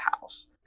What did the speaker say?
house